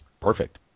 Perfect